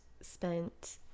spent